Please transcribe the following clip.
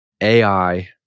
AI